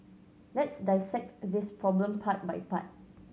let's dissect this problem part by part